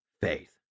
faith